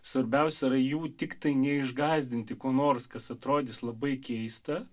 svarbiausia yra jų tiktai neišgąsdinti ko nors kas atrodys labai keista